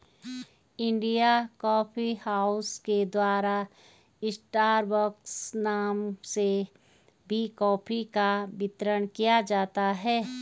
India coffee house के द्वारा Starbucks नाम से भी कॉफी का वितरण किया जाता है